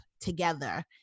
together